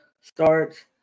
start